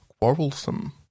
quarrelsome